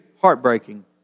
heartbreaking